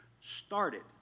started